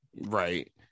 right